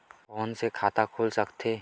Phone से खाता खुल सकथे?